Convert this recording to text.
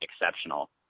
exceptional